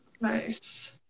nice